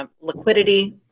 liquidity